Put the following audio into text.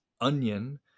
onion